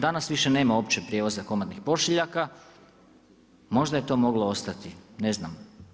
Danas više nema uopće prijevoza komadnih pošiljaka, možda je to moglo ostati, ne znam.